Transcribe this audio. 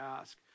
ask